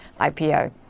IPO